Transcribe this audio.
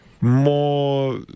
more